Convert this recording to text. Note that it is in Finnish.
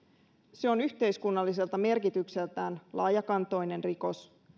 se on yhteiskunnalliselta merkitykseltään laajakantoinen rikos